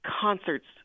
concerts